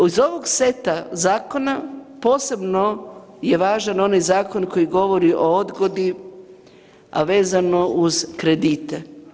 Iz ovog seta zakona posebno je važan onaj zakon koji govori o odgodi, a vezano uz kredite.